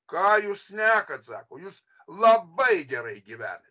ką jūs šnekat sako jūs labai gerai gyvena